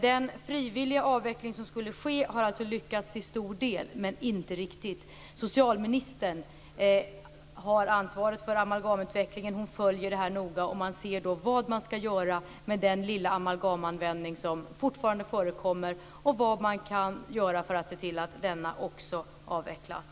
Den frivilliga avveckling som skulle ske har alltså lyckats till stor del, men inte riktigt. Socialministern har ansvaret för amalgamutvecklingen. Hon följer den noga. Man ser vad man kan göra för att också den lilla amlagamanvändning som fortfarande förekommer avvecklas.